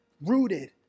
rooted